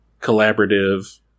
collaborative